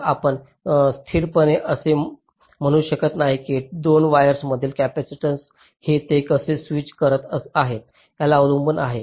तर आपण स्थिरपणे असे म्हणू शकत नाही की 2 वायर्समधील कॅपेसिटीन्स हे ते कसे स्विच करत आहेत यावर अवलंबून आहे